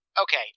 Okay